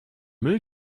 müll